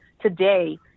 today